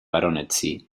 baronetcy